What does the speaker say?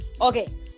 Okay